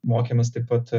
mokėmės taip pat